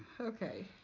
Okay